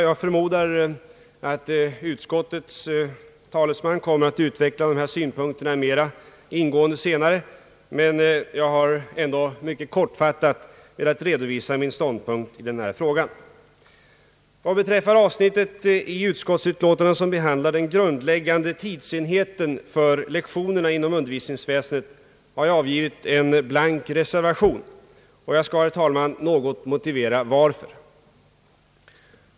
Jag förmodar att utskottets talesman senare kommer att utveckla de här synpunkterna mer ingående, men jag har ändå mycket kortfattat velat redovisa min ståndpunkt i denna fråga. Vad beträffar det avsnitt i utskottsutlåtandet som behandlar den grundläggande tidsenheten för lektionerna inom undervisningsväsendet har jag avgivit en blank reservation, och jag skall, herr talman, i någon mån motivera varför jag gjort det.